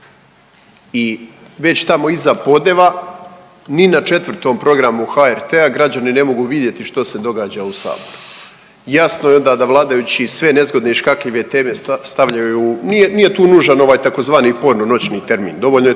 i već tamo iza podneva ni na 4. programu HRT-a građani ne mogu vidjeti što se događa u saboru. Jasno je onda da vladajući sve nezgodne i škakljive teme stavljaju, nije, nije tu nužan ovaj tzv. porno noćni termin, dovoljno je